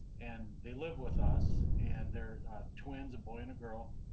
and they live with us and their twins a boy and a girl.